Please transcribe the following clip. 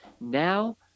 Now